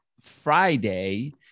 Friday